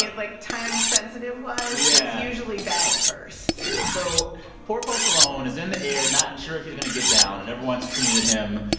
like, time-sensitive-wise. yeah. it's usually bad first so poor post malone is in the air, not sure if you're going to get down. and everyone's tweeting at him,